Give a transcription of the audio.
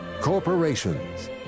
Corporations